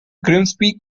grimsby